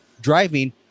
driving